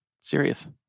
serious